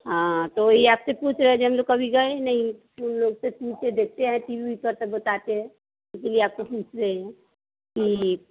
हाँ तो वही आपसे पूछ रहे हैं जो हम लोग कभी गए नहीं उन लोग से देखते हैं पर बताते हैं इसीलिए आपसे पूछ रहे हैं ठीक